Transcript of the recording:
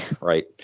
Right